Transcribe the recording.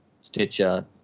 Stitcher